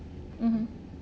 mmhmm